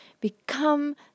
become